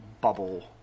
Bubble